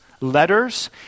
letters